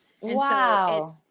Wow